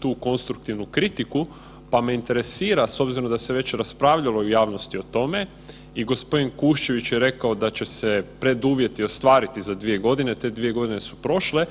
tu konstruktivnu kritiku pa me interesira, s obzirom da se već raspravljalo u javnosti o tome i g. Kuščević je rekao da će se preduvjeti ostvariti za 2 godine, te 2 godine su prošle.